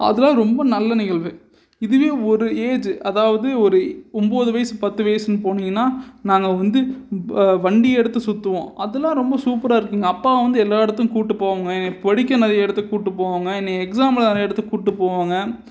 அதெலாம் ரொம்ப நல்ல நிகழ்வு இதுவே ஒரு ஏஜு அதாவது ஒரு ஒம்பது வயசு பத்து வயிசுன்னு போனீங்கன்னா நாங்கள் வந்து ப வண்டியை எடுத்து சுற்றுவோம் அதெலாம் ரொம்ப சூப்பராக இருக்குங்க அப்பா வந்து எல்லா இடத்துக்கும் கூப்பிட்டு போவாங்க படிக்க நிறைய இடத்துக்கு கூப்பிட்டு போவாங்க என்னையை எக்ஸாம்லாம் நிறைய இடத்துக்கு கூப்பிட்டு போவாங்க